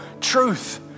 truth